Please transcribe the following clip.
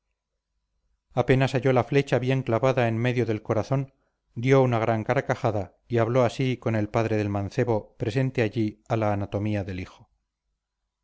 apenas halló la flecha bien clavada en medio del corazón dio una gran carcajada y habló así con el padre del mancebo presente allí a la anatomía del hijo